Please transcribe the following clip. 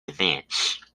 advance